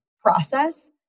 process